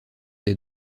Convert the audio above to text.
des